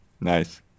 Nice